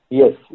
Yes